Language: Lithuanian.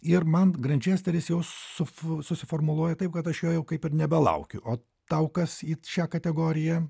ir man grančestaris jau sufi susiformuluoja taip kad aš jo jau kaip ir nebelaukiu o tau kas į šią kategoriją